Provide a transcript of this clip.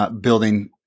Building